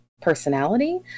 personality